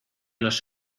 los